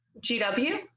GW